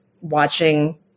watching